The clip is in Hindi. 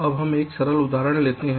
अब हम यहां एक सरल उदाहरण लेते हैं